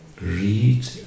Read